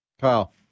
Kyle